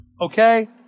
okay